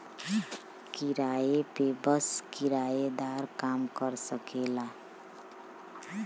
किराया पे बस किराएदारे काम कर सकेला